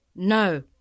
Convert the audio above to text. No